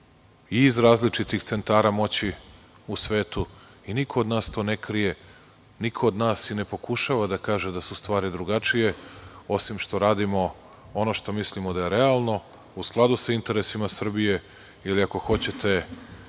i iz različitih centara moći u svetu i niko od nas to ne krije, niko od nas i ne pokušava da kaže da su stvari drugačije, osim što radimo ono što mislimo da je realno, u skladu sa interesima Srbije ili ako hoćete